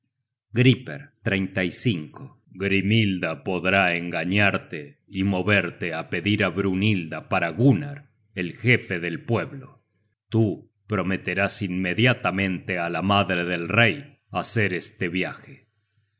angustias griper grimhilda podrá engañarte y moverte á pedir á brinhilda para gunnar el jefe del pueblo tú prometerás inmediatamente á la madre del rey hacer este viaje